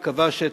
וכבש,